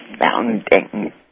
founding